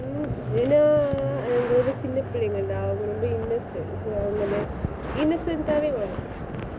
ஏனா அவங்க வந்து சின்ன பிள்ளங்கள்டா அவங்க ரொம்ப:yaenaa avanga vanthu chinna pillangaldaa avanga romba innocent so அவங்கள:avangala innocent ஆவே:aavae va~